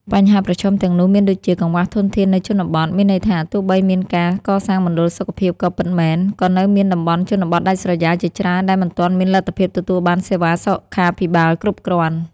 បញ្ហាប្រឈមទាំងនោះមានដូចជា កង្វះធនធាននៅជនបទ មានន័យថាទោះបីមានការកសាងមណ្ឌលសុខភាពក៏ពិតមែន ក៏នៅមានតំបន់ជនបទដាច់ស្រយាលជាច្រើនដែលមិនទាន់មានលទ្ធភាពទទួលបានសេវាសុខាភិបាលគ្រប់គ្រាន់។